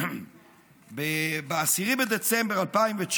ב-10 בדצמבר 2019,